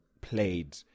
played